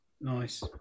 Nice